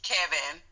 Kevin